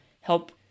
help